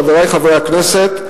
חברי חברי הכנסת,